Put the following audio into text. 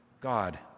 God